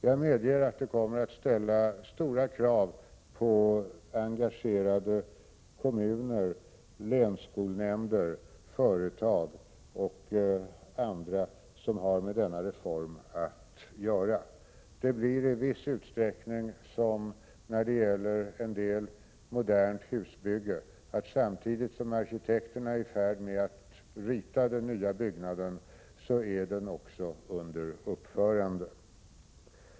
Jag medger att det kommer att ställa stora krav på engagerade kommuner, länsskolnämnder, företag och andra som har med denna reform 153 att göra. Det blir i viss utsträckning som när det gäller en del moderna husbyggen. Samtidigt som arkitekterna är i färd med att rita den nya byggnaden, är den också under uppförande.